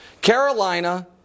Carolina